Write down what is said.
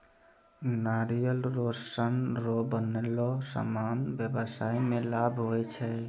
नारियल रो सन रो बनलो समान व्याबसाय मे लाभ हुवै छै